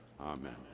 Amen